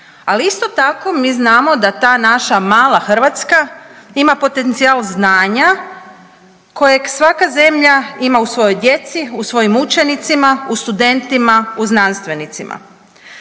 ali isto tako mi znamo da ta naša mala Hrvatska ima potencijal znanja kojeg svaka zemlja ima u svojoj djeci, u svojim učenicima, u studentima, u znanstvenicima.